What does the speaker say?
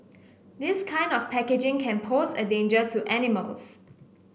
this kind of packaging can pose a danger to animals